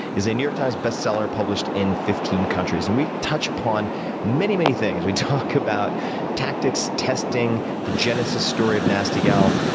is a new york times bestseller, published in fifteen countries. and we touch upon many, many things we talk about tactics, testing, the genesis story of nasty gal,